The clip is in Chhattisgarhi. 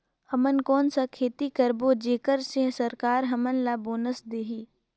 हमन कौन का खेती करबो जेकर से सरकार हमन ला बोनस देही?